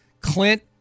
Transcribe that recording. Clint